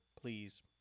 please